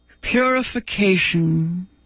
Purification